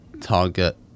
target